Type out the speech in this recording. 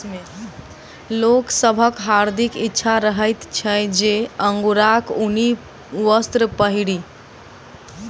लोक सभक हार्दिक इच्छा रहैत छै जे अंगोराक ऊनी वस्त्र पहिरी